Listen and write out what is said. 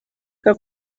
que